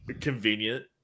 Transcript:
convenient